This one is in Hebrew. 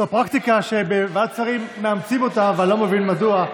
זו פרקטיקה שבוועדת שרים מאמצים אותה ואני לא מבין מדוע.